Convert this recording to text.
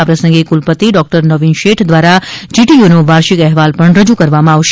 આ પ્રસંગે કુલપતિ ડ નવિન શેઠ દ્વારા જીટીયુનો વાર્ષીક અહેવાલ પણ રજૂ કરવામાં આવશે